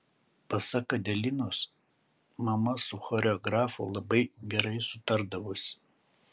pasak adelinos mama su choreografu labai gerai sutardavusi